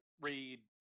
read